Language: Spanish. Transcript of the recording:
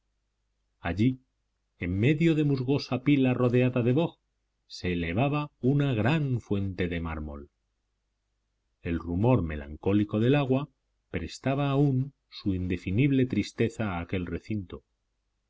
allí en medio de musgosa pila rodeada de boj se elevaba una gran fuente de mármol el rumor melancólico del agua prestaba aún su indefinible tristeza a aquel recinto ya